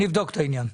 אני אבדוק את העניין.